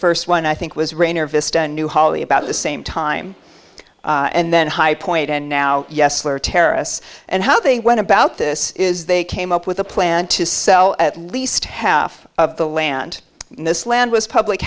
first one i think was rainer vista new holly about the same time and then high point and now yes there are terrorists and how they went about this is they came up with a plan to sell at least half of the land in this land was public